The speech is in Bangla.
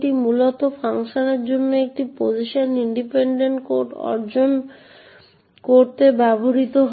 PLT মূলত ফাংশনের জন্য একটি পজিশন ইন্ডিপেন্ডেন্ট কোড অর্জন করতে ব্যবহৃত হয়